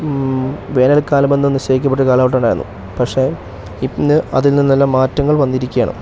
വേനൽ കാലമെന്ന് നിശ്ചയിക്കപ്പെട്ട ഒരു കാലഘട്ടം ഉണ്ടായിരുന്നു പക്ഷേ ഇന്ന് അതിൽ നിന്നെല്ലാം മാറ്റങ്ങൾ വന്നിരിക്കയാണ്